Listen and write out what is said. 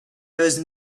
knows